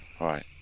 Right